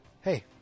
Hey